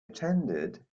attended